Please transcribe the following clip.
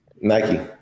Nike